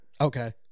Okay